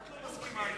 את לא מסכימה אתה,